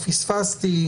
פספסתי,